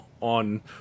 on